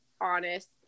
honest